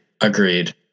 Agreed